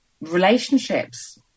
relationships